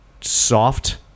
soft